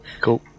Cool